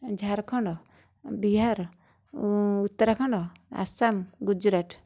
Jharkhand Bihar Uttarakhand Assam Gujarat